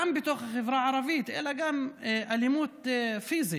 גם בתוך החברה הערבית, אלא גם מאלימות פיזית.